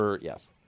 Yes